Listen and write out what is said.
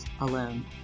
alone